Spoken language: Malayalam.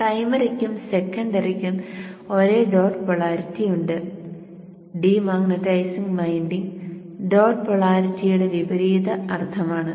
പ്രൈമറിക്കും സെക്കണ്ടറിക്കും ഒരേ ഡോട്ട് പോളാരിറ്റി ഉണ്ട് ഡീമാഗ്നെറ്റൈസിംഗ് വൈൻഡിംഗ് ഡോട്ട് പോളാരിറ്റിയുടെ വിപരീത അർത്ഥമാണ്